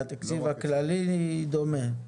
והתקציב הכללי דומה,